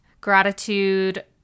gratitude